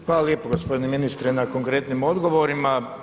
Hvala lijepo gospodine ministre na konkretnim odgovorima.